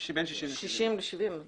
יש קנס ועושים אירוע אחד ואחרי זה ממשיכים,